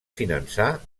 finançar